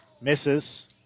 misses